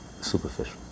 superficial